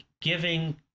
giving